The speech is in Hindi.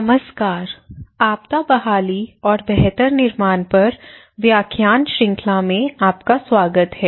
नमस्कार आपदा बहाली और बेहतर निर्माण पर व्याख्यान श्रृंखला में आपका स्वागत है